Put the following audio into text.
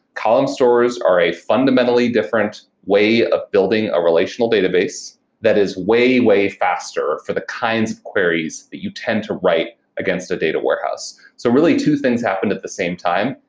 column stores are a fundamentally different way of building a relational database that is way, way faster for the kinds of queries that you tend to write against the data warehouse. so, really, two things happened at the same time.